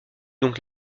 donc